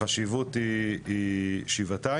החשיבות היא שבעתיים.